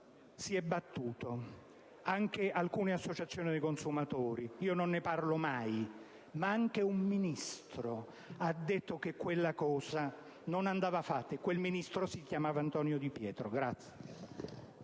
si è battuto, anche alcune associazioni dei consumatori: non ne parlo mai, ma anche un Ministro dell'epoca disse che quella operazione non andava fatta e quel ministro si chiamava Antonio Di Pietro.